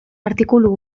artikulu